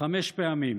חמש פעמים,